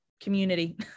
community